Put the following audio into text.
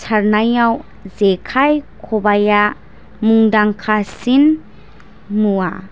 सारनायाव जेखाय खबायआ मुंदांखासिन मुवा